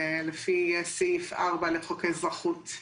לפי סעיף 4 לחוק האזרחות,